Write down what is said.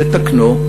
לתקנו,